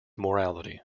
morality